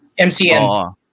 MCN